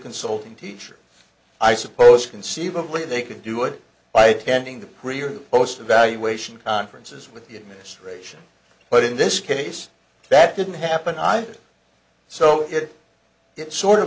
consulting teacher i suppose conceivably they could do it by attending the pre or post evaluation conferences with the administration but in this case that didn't happen either so it's sort of